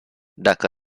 dacă